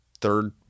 third